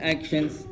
Actions